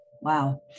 wow